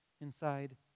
inside